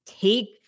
take